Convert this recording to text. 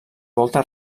volta